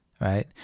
Right